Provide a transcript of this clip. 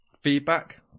feedback